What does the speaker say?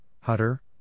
Hutter